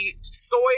soy